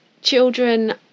children